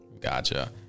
Gotcha